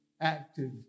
active